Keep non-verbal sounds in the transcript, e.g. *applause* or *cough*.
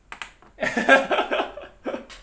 *laughs*